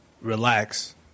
relax